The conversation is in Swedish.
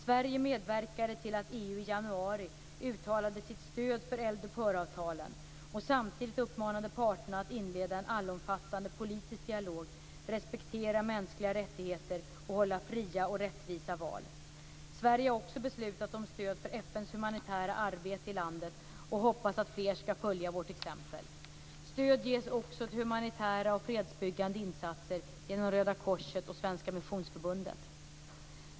Sverige medverkade till att EU i januari uttalade sitt stöd för eldupphöravtalen och samtidigt uppmanade parterna att inleda en allomfattande politisk dialog, respektera mänskliga rättigheter och hålla fria och rättvisa val. Sverige har också beslutat om stöd för FN:s humanitära arbete i landet och hoppas att fler ska följa vårt exempel. Stöd ges också till humanitära och fredsbyggande insatser genom Röda korset och Svenska missionsförbundet.